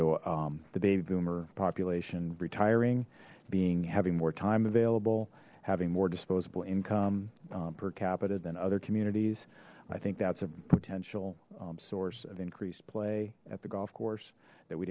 know the baby boomer population retiring being having more time available having more disposable income per capita than other communities i think that's a potential source of increased play at the golf course that we